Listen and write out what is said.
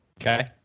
Okay